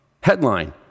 headline